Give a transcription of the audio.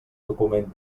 document